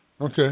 Okay